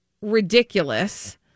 ridiculous